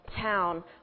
town